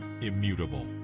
immutable